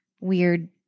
weird